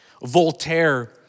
Voltaire